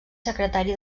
secretari